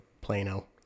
Plano